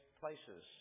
places